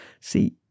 See